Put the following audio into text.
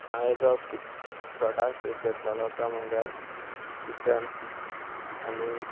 हांवें जो प्रोडक्ट घेतलेलो तो म्हणल्यार किचन आनी